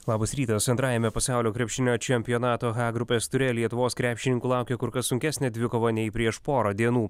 labas rytas antrajame pasaulio krepšinio čempionato h grupės ture lietuvos krepšininkų laukė kur kas sunkesnė dvikova nei prieš porą dienų